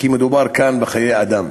כי מדובר כאן בחיי אדם.